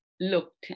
looked